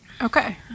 Okay